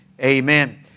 amen